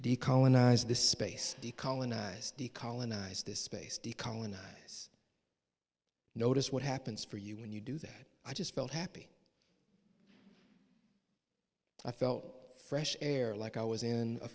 decolonized the space to colonize decolonized this space to colonize notice what happens for you when you do that i just felt happy i felt fresh air like i was in a